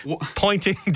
pointing